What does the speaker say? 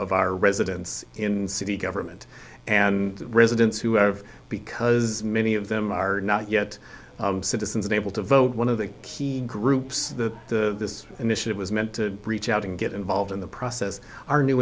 of our residents in city government and residents who have because many of them are not yet citizens and able to vote one of the key groups that the this initiative was meant to reach out and get involved in the process our new